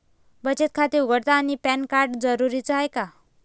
बचत खाते उघडतानी पॅन कार्ड जरुरीच हाय का?